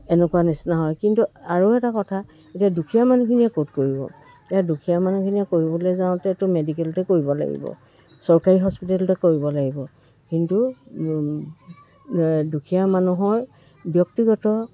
এনেকুৱা নিচিনা হয় কিন্তু আৰু এটা কথা এতিয়া দুখীয়া মানুহখিনিয়ে ক'ত কৰিব এতিয়া দুখীয়া মানুহখিনিয়ে কৰিবলৈ যাওঁতেতো মেডিকেলতে কৰিব লাগিব চৰকাৰী হস্পিটেলতে কৰিব লাগিব কিন্তু দুখীয়া মানুহৰ ব্যক্তিগত